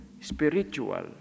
spiritual